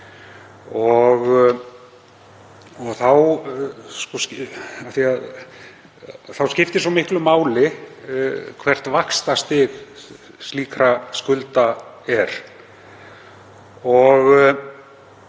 Þá skiptir svo miklu máli hvert vaxtastig slíkra skulda er